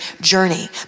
journey